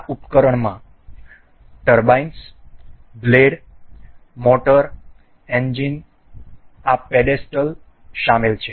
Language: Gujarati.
આ ઉપકરણમાં બ્લેડ ટર્બાઇન્સ મોટર એન્જિન આ પેડેસ્ટલ શામેલ છે